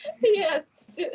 Yes